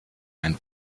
ein